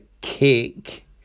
kick